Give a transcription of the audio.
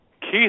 keith